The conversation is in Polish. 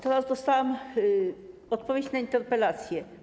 Teraz dostałam odpowiedź na interpelację.